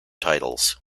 titles